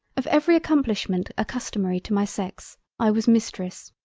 of every accomplishment accustomary to my sex, i was mistress.